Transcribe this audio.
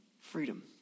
freedom